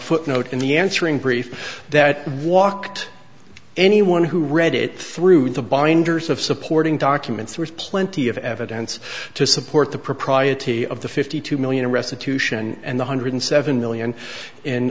footnote in the answering brief that walked anyone who read it through the binders of supporting documents there's plenty of evidence to support the propriety of the fifty two million restitution and the one hundred seven million in